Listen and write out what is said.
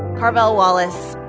carvell wallace,